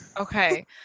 okay